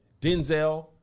Denzel